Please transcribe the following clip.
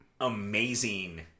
amazing